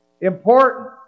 important